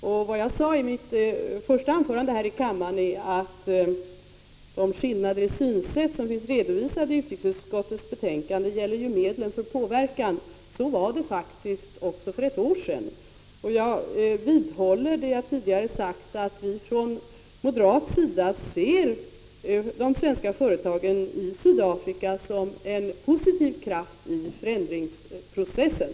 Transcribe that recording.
Som jag sade i mitt första anförande här i kammaren gäller ju de skillnader i synsätt som finns redovisade i utrikesutskottets betänkande medlen för påverkan — så var det faktiskt också för ett år sedan. Jag vidhåller det jag tidigare sagt, att vi från moderat sida ser de svenska företagen i Sydafrika som en positiv kraft i förändringsprocessen.